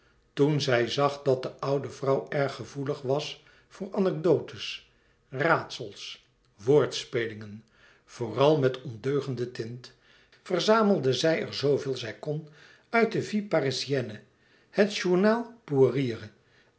toen zij zag dat de oude vrouw erg gevoelig was voor anecdotes raadsels woordspelingen vooral met ondeugende tint verzamelde zij er zooveel zij kon uit de vie parisienne het journal